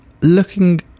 looking